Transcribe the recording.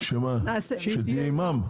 שתהי אימאם?